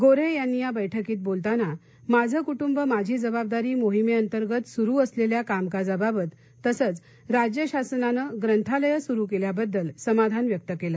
गोन्हे यांनी या बैठकीत बोलताना माझे कुटुंब माझी जबाबदारी मोहिमेंतर्गत सुरू असलेल्या कामकाजाबाबत तसंच राज्य शासनानं ग्रंथालय सुरू केल्याबद्दल समाधान व्यक्त केलं